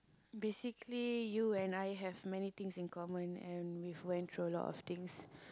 basically you and I have many things in common and we went through a lot of things